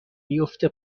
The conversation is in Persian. میفته